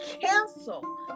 cancel